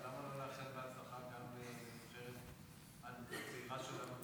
למה לא לאחל הצלחה לנבחרת הצעירה שלנו בכדורגל?